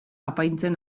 apaintzen